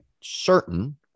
certain